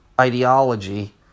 ideology